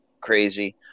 crazy